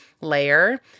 layer